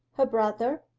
her brother,